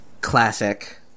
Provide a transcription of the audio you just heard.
classic